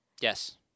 Yes